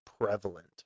prevalent